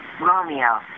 Romeo